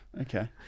Okay